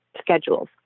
schedules